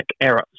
era